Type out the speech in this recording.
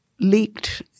leaked